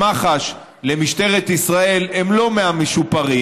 מח"ש למשטרת ישראל הם לא מהמשופרים,